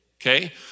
Okay